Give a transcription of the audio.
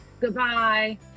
goodbye